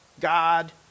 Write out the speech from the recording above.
God